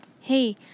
Hey